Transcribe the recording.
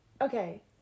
okay